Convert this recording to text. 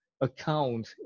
account